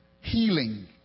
healing